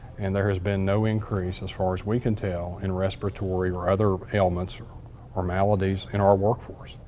and there has been no increase as far as we can tell in respiratory or other ailments or or maladies in our workforce.